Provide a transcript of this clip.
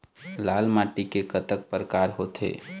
लाल माटी के कतक परकार होथे?